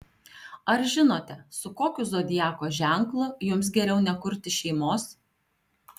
ar žinote su kokiu zodiako ženklu jums geriau nekurti šeimos